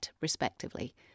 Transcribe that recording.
respectively